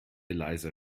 leiser